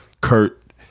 Kurt